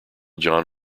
john